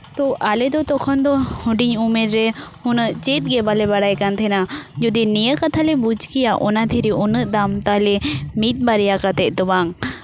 ᱛᱚ ᱟᱞᱮ ᱫᱚ ᱛᱚᱠᱷᱚᱱ ᱫᱚ ᱦᱩᱰᱤᱧ ᱩᱢᱮᱹᱨ ᱨᱮ ᱩᱱᱟᱹᱜ ᱪᱮᱫ ᱜᱮ ᱵᱟᱞᱮ ᱵᱟᱲᱟᱭ ᱠᱟᱱ ᱛᱟᱦᱮᱱᱟ ᱡᱩᱫᱤ ᱱᱤᱭᱟᱹ ᱠᱟᱛᱷᱟ ᱞᱮ ᱵᱩᱡᱽ ᱠᱮᱭᱟ ᱚᱱᱟ ᱫᱷᱤᱨᱤ ᱩᱱᱟᱹᱜ ᱫᱟᱢ ᱛᱟᱦᱞᱮ ᱢᱤᱫ ᱵᱟᱨᱭᱟ ᱠᱟᱛᱮᱜ ᱫᱚ ᱵᱟᱝ